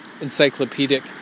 encyclopedic